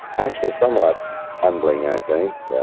actually somewhat humbling, i think.